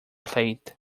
plate